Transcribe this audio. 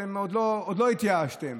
אתם עוד לא התייאשתם.